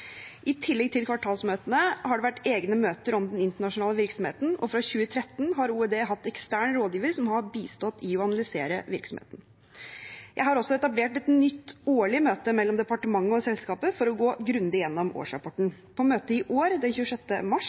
i takt med dette. I tillegg til kvartalsmøtene har det vært egne møter om den internasjonale virksomheten, og fra 2013 har OED hatt ekstern rådgiver som har bistått i å analysere virksomheten. Jeg har også etablert et nytt årlig møte mellom departementet og selskapet for å gå grundig gjennom årsrapporten. På møtet i år, den 26. mars,